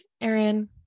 Aaron